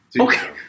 okay